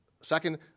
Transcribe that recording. Second